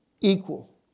equal